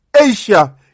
Asia